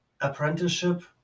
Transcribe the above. apprenticeship